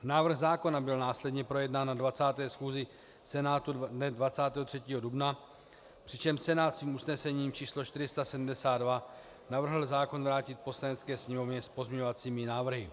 Návrh zákona byl následně projednán na 20. schůzi Senátu dne 23. dubna, přičemž Senát svým usnesením č. 472 navrhl zákon vrátit Poslanecké sněmovně s pozměňovacími návrhy.